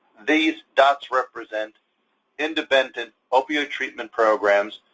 these dots represent independent opioid treatment programs,